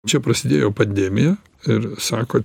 čia prasidėjo pandemija ir sako